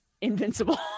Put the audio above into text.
invincible